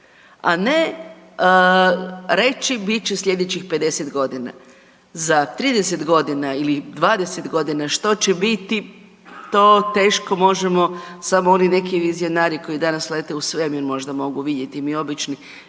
a ne reći bit će sljedećih 50 godina. Za 30 godina ili 20 godina što će biti, to teško možemo samo oni neki vizionari koji danas lete u svemir možda mogu vidjeti, mi obični